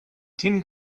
tin